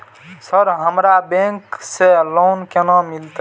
Sir हमरा bank से loan केना मिलते?